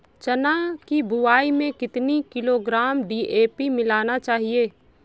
चना की बुवाई में कितनी किलोग्राम डी.ए.पी मिलाना चाहिए?